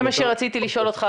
זה מה שרציתי לשאול אותך,